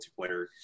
multiplayer